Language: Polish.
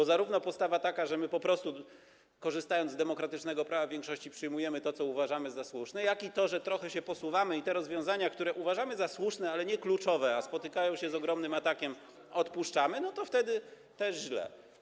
A zarówno przyjęcie postawy takiej, że my, po prostu korzystając z demokratycznego prawa większości, przyjmujemy to, co uważamy za słuszne, jak i takiej, że trochę się posuwamy i te rozwiązania, które uważamy za słuszne, ale nie kluczowe, kiedy spotykają się z ogromnym atakiem, odpuszczamy, to jest też źle.